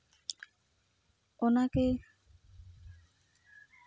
ᱚᱱᱟᱜᱮ